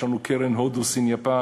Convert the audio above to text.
יש לנו קרן הודו-סין-יפן,